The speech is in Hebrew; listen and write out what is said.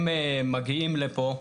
הם מגיעים לפה,